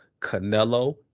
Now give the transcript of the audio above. Canelo